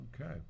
okay